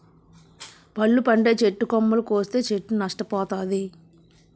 పళ్ళు పండే చెట్టు కొమ్మలు కోస్తే చెట్టు నష్ట పోతాది